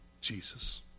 Jesus